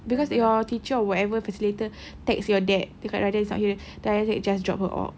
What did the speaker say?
because your teacher or whatever facilitator text your dad cakap nadia is not here then I said just drop her off